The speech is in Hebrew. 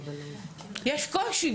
יש קושי,